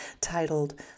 titled